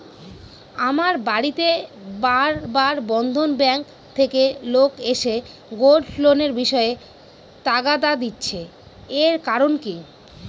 আমার বাড়িতে বার বার বন্ধন ব্যাংক থেকে লোক এসে গোল্ড লোনের বিষয়ে তাগাদা দিচ্ছে এর কারণ কি?